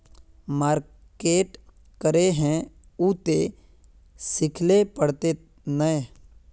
Market करे है उ ते सिखले पड़ते नय?